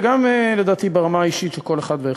וגם לדעתי ברמה האישית של כל אחד ואחד.